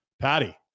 Patty